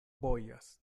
bojas